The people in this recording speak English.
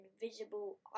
invisible